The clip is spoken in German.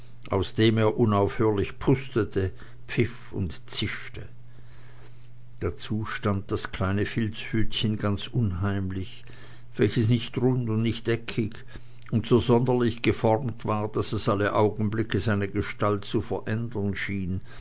aus dem er unaufhörlich pustete pfiff und zischte dazu stand das kleine filzhütchen ganz unheimlich welches nicht rund und nicht eckig und so sonderlich geformt war daß es alle augenblicke seine gestalt zu verändern schien